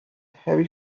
heavy